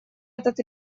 этот